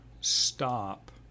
stop